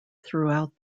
throughout